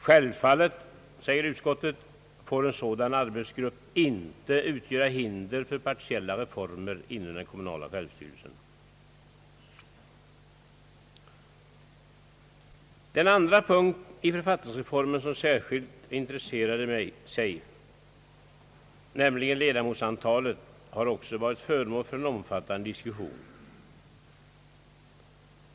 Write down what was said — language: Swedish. Självfallet, säger utskottet, får en sådan arbetsgrupp inte utgöra hinder för partiella reformer inom den kommunala självstyrelsen. Den andra punkt i författningsreformen som särskilt intresserat mig, nämligen antalet ledamöter, har också varit föremål för en omfattande diskussion.